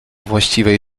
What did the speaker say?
właściwej